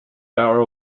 hour